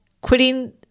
quitting